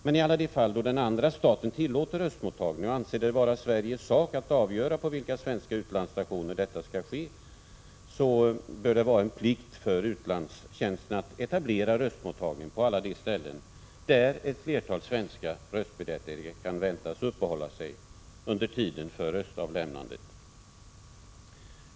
Men i alla de fall då den andra staten tillåter röstmottagning och anser det vara Sveriges sak att avgöra på vilka svenska utlandsstationer detta skall ske bör det vara en plikt för utlandstjänsten att etablera röstmottagning på alla de ställen där ett flertal svenska röstberättigade kan väntas uppehålla sig under tiden för röstavlämnandet.